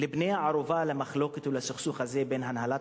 לבני-ערובה במחלוקת ובסכסוך הזה בין הנהלת